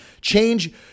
change